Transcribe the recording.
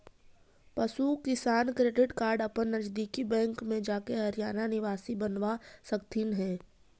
पशु किसान credit card अपन नजदीकी बैंक में जाके हरियाणा निवासी बनवा सकलथीन हे